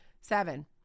Seven